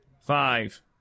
Five